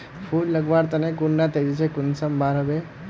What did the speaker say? फुल लगवार तने कुंडा तेजी से कुंसम बार वे?